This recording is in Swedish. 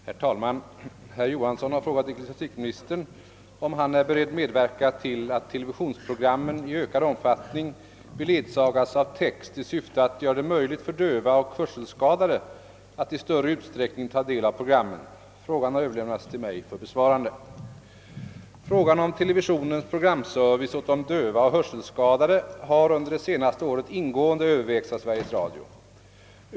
Herr talman! Herr Johansson i Skärstad har frågat ecklesiastikministern, om han är beredd att medverka till att televisionsprogrammen i ökad omfattning beledsagas av text i syfte att göra det möjligt för döva och hörselska dade att i större utsträckning ta del av programmen. Frågan har överlämnats till mig för besvarande. Frågan om televisionens programservice åt de döva och hörselskadade har under det senaste året ingående övervägts av Sveriges Radio.